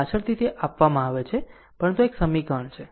પાછળથી તે આપવામાં આવે છે પરંતુ આ એક સમીકરણ છે